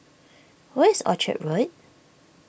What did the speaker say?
where is Orchard Road